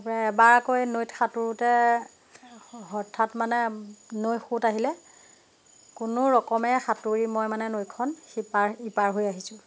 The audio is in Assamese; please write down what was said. এবাৰ আকৌ এই নৈত সাঁতোৰোতে হঠাৎ মানে নৈ সুত আহিলে কোনো ৰকমে সাঁতোৰি মই মানে নৈখন সিপাৰ ইপাৰ হৈ আহিছো